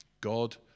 God